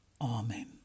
Amen